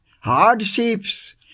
hardships